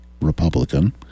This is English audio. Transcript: Republican